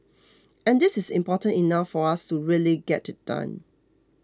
and this is important enough for us to really get it done